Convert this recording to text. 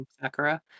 Sakura